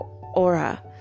aura